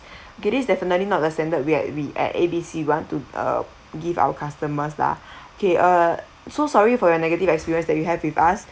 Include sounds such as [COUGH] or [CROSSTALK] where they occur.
[BREATH] okay this is definitely not the standard we at we at A B C want to uh give our customers lah okay uh so sorry for your negative experience that you have with us